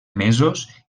mesos